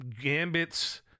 Gambit's